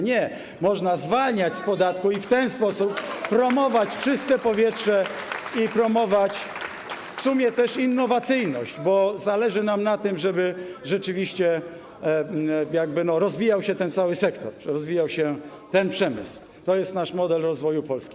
Nie, można zwalniać z podatku i w ten sposób promować czyste powietrze i promować w sumie też innowacyjność, bo zależy nam na tym, żeby rzeczywiście rozwijał się ten sektor, rozwijał się ten przemysł, to jest nasz model rozwoju Polski.